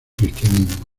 cristianismo